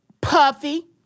Puffy